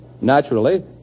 Naturally